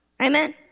Amen